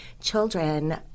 children